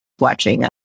watching